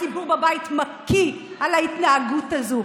הציבור בבית מקיא על ההתנהגות הזו.